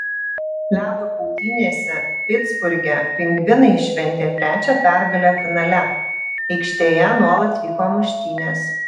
ledo kautynėse pitsburge pingvinai šventė trečią pergalę finale aikštėje nuolat vyko muštynės